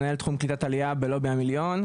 מנהל תחום קליטת עלייה בעמותת "לובי המיליון",